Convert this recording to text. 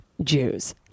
Jews